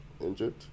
injured